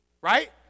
right